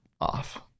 off